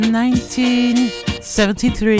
1973